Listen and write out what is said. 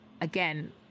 again